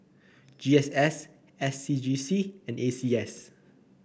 G S S S C G C and E C S